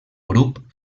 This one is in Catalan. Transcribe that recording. grup